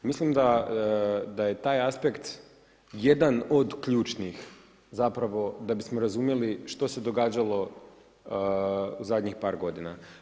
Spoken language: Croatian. Mislim da je taj aspekt jedan od ključnih zapravo da bismo razumjeli što se događalo zadnjih par godina.